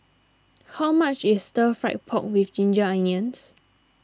how much is Stir Fried Pork with Ginger Onions